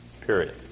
period